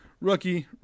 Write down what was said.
rookie